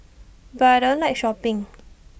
but I don't like shopping